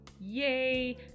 Yay